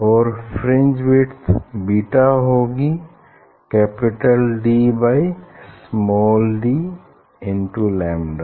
और fringe width beta होगी capital D by small D into lambda